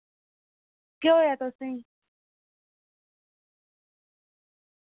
केह् होया तुसें